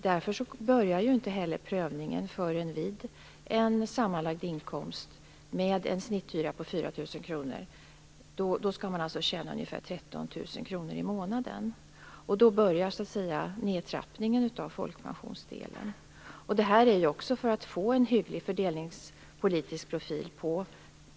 Därför börjar prövningen och nedtrappningen av folkpensionsdelen inte förrän vid en sammanlagd inkomst om ungefär 13 000 kr i månaden och en snitthyra om 4 000 kr. Detta har vi gjort för att få till stånd en hygglig fördelningspolitisk profil.